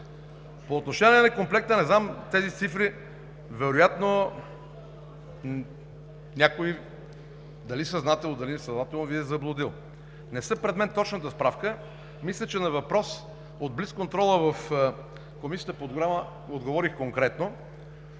По отношение на некомплекта. Не знам тези цифри, но вероятно някой – дали съзнателно, дали несъзнателно, Ви е заблудил. Не е пред мен точната справка, но мисля, че на въпрос от блицконтрола в Комисията по отбраната отговорих конкретно.